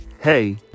Hey